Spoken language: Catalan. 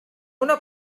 una